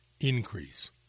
increase